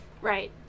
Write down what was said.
right